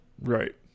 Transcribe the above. Right